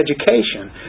education